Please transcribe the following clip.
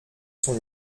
son